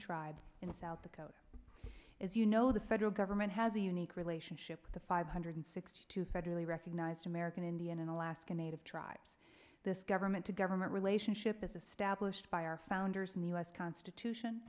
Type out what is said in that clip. tribe in south dakota as you know the federal government has a unique relationship with the five hundred sixty two federally recognized american indian and alaska native tribes this government to government relationship is a stablished by our founders in the u s constitution